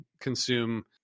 consume